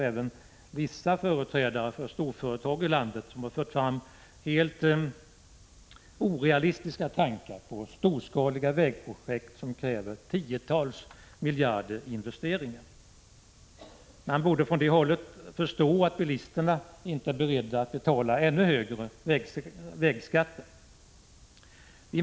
Även vissa företrädare för storföretagen i landet har fört fram helt orealistiska tankar på storskaliga vägprojekt som kräver tiotals miljarder iinvesteringar. Man borde från det hållet förstå att bilisterna inte är beredda att betala ännu högre vägskatter.